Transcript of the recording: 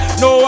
no